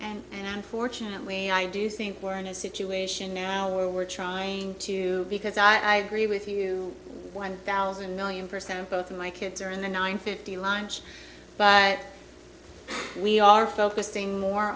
and unfortunately i do think we're in a situation now where we're trying to because i agree with you one thousand million percent of both of my kids are in the nine fifteen launch but we are focusing more